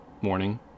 morning